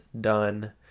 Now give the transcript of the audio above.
done